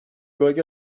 bölge